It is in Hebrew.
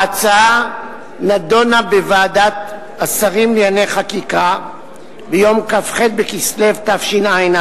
ההצעה נדונה בוועדת השרים לחקיקה ביום כ"ח בכסלו תשע"א,